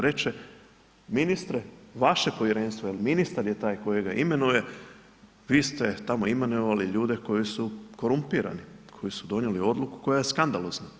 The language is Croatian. Reći će, ministre, vaše povjerenstvo jer ministar je taj koji ga imenuje, vi ste tamo imenovali ljude koji su korumpirani, koji su donijeli odluku koja je skandalozna.